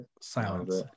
Silence